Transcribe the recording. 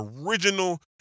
original